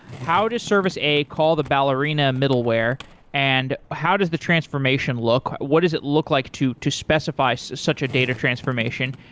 how does service a call the ballerina middleware and how does the transformation look? what does it look like to to specify so such a data transformation,